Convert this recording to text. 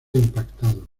impactado